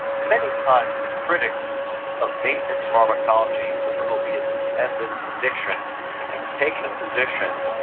many times the critics of maintenance pharmacology for opiate dependence addiction take the position,